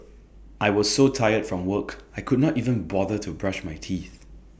I was so tired from work I could not even bother to brush my teeth